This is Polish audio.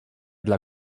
dla